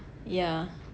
yeah